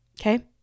Okay